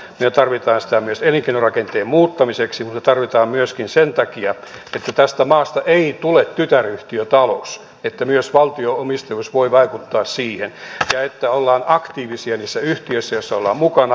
me tarvitsemme sitä myös elinkeinorakenteen muuttamiseksi mutta me tarvitsemme sitä myöskin sen takia että tästä maasta ei tule tytäryhtiötalous että myös valtio omistajuus voi vaikuttaa siihen ja että ollaan aktiivisia niissä yhtiöissä joissa ollaan mukana